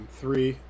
three